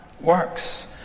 works